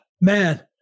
man